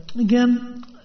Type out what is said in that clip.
again